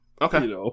Okay